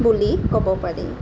বুলি ক'ব পাৰি